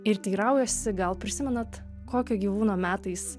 ir teiraujuosi gal prisimenat kokio gyvūno metais